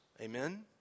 amen